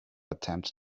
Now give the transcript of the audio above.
attempt